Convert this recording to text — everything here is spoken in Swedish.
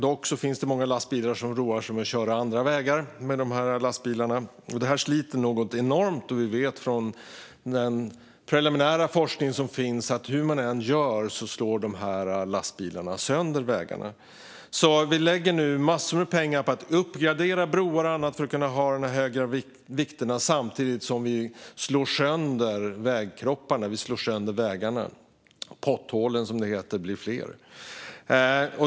Dock finns det många som roar sig med att köra på andra vägar med dessa lastbilar, och det sliter enormt på vägarna. Vi vet från den preliminära forskning som finns att hur man än gör slår dessa lastbilar sönder vägarna. Vi lägger nu alltså massor av pengar på att uppgradera broar och annat för att kunna ha dessa tunga lastbilar samtidigt som vägkropparna slås sönder. Potthålen, som det heter, blir fler.